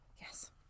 Yes